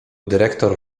dyrektor